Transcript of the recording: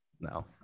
no